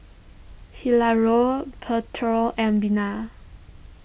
Hilario and Bina